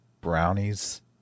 brownies